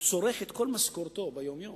שאין כלכלן אחד במשק שתומך בעמדתו של נתניהו